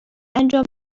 انجام